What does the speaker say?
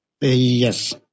Yes